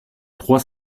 trois